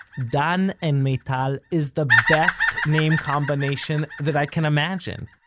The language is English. dan and meital is the best name combination that i can imagine!